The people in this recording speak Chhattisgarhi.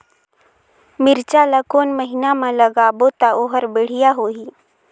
मिरचा ला कोन महीना मा लगाबो ता ओहार बेडिया होही?